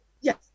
Yes